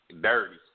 Dirty